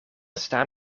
staan